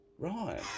Right